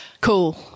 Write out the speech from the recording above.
cool